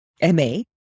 M-A